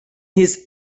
his